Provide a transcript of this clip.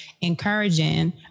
encouraging